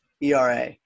ERA